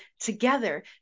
together